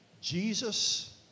Jesus